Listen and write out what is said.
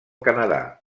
canadà